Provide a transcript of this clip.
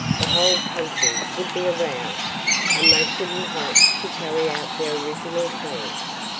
the whole country would be aroused and they couldn't hope to carry out their original plans.